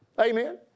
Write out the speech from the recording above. Amen